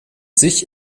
sich